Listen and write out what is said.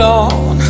on